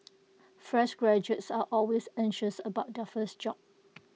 fresh graduates are always anxious about their first job